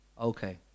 Okay